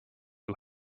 who